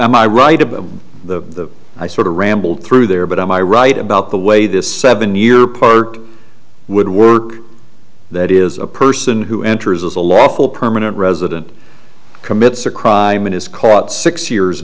my right of the i sort of rambled through there but am i right about the way this seven year park would work that is a person who enters as a lawful permanent resident commits a crime and is caught six years